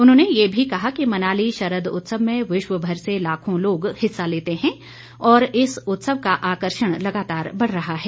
उन्होंने ये भी कहा कि मनाली शरद उत्सव में विश्व भर से लाखों लोग हिसा लेते हैं और इस उत्सव का आकर्षण लगातार बढ़ रहा है